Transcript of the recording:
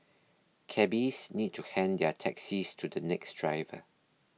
cabbies need to hand their taxis to the next driver